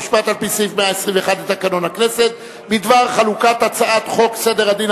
חוק ומשפט על-פי סעיף 121 לתקנון הכנסת בדבר חלוקת הצעת חוק סדר הדין